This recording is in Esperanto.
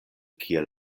kiel